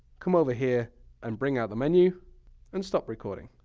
come over here and bring out the menu and stop recording.